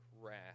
wrath